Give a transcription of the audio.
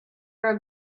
are